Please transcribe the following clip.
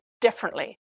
differently